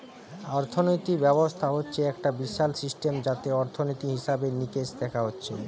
অর্থিনীতি ব্যবস্থা হচ্ছে একটা বিশাল সিস্টেম যাতে অর্থনীতি, হিসেবে নিকেশ দেখা হচ্ছে